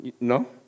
No